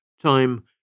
time